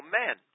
men